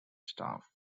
staff